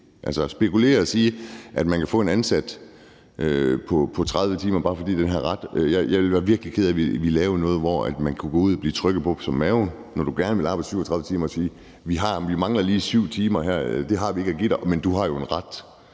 altså spekuleres i, at man kan få en ansat på 30 timer, bare fordi der er den her ret. Jeg ville være virkelig ked af det, hvis vi lavede noget, hvor man kunne komme ud for at blive trykket på maven, når man gerne ville arbejde 37 timer, og hvor de sagde: Vi mangler lige 7 timer her, og dem har vi ikke, så dem kan vi ikke give dig, men du har jo en ret.